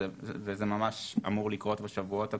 וזה ממש אמור לקרות בשבועות הקרובים,